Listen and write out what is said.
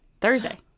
Thursday